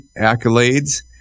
accolades